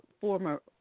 former